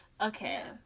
okay